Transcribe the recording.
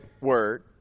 word